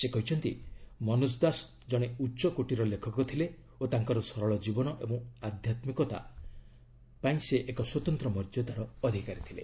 ସେ କହିଛନ୍ତି ମନୋଜ ଦାସ ଜଣେ ଉଚ୍ଚକୋଟୀର ଲେଖକ ଥିଲେ ଓ ତାଙ୍କର ସରଳ ଜୀବନ ଏବଂ ଆଧ୍ୟାତ୍ମିକତା ପାଇଁ ସେ ଏକ ସ୍ପତନ୍ତ୍ର ମର୍ଯ୍ୟାଦାର ଅଧିକାରୀ ଥିଲେ